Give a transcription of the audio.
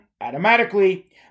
automatically